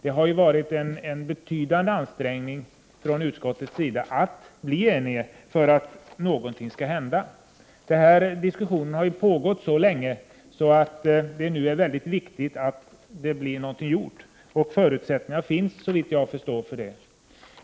Det har varit en betydande ansträngning från utskottets sida att bli enig för att någonting skall hända. Diskussionen har ju pågått så länge att det nu är oerhört viktigt att något blir gjort. Förutsättningar finns för det, såvitt jag förstår.